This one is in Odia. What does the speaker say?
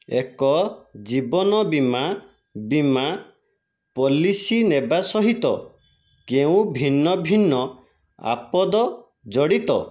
ଏକ ଜୀବନ ବୀମା ବୀମା ପଲିସି ନେବା ସହିତ କେଉଁ ଭିନ୍ନଭିନ୍ନ ଆପଦ ଜଡ଼ିତ